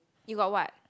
you got what